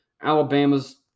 Alabama's